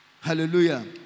Hallelujah